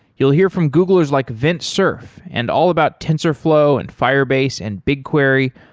you'll hear from googlers like vint cerf and all about tensorflow and firebase and bigquery,